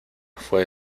fue